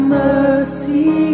mercy